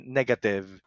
negative